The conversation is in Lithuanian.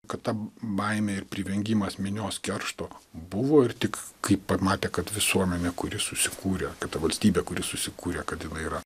kad ta baimė ir privengimas minios keršto buvo ir tik kai pamatė kad visuomenė kuri susikūrė kad ta valstybė kuri susikūrė kad yra